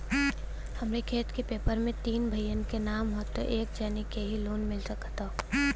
हमरे खेत के पेपर मे तीन भाइयन क नाम ह त का एक जानी के ही लोन मिल सकत ह?